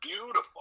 beautiful